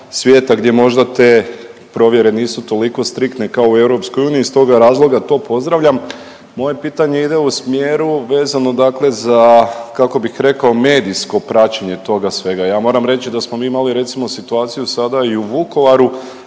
gdje možda te provjere nisu toliko striktne kao u EU i iz toga razloga to pozdravljam. Moje pitanje ide u smjeru vezano dakle za, kako bih rekao, medijsko praćenje toga svega. Ja moram reći da smo mi imali recimo situaciju sada i u Vukovaru